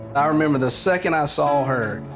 i remember the second i saw her,